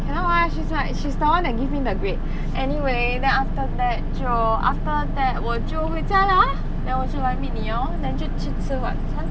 cannot lah she's like she's the one that give me the grade anyway then after that 就 after that 我就回家了 lor then 我就来 meet 你了 lor then 就去吃晚餐